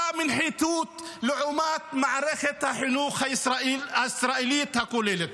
מנחיתות לעומת מערכת החינוך הישראלית הכוללת.